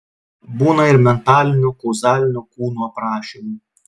būna ir mentalinio kauzalinio kūnų aprašymų